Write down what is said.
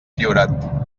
priorat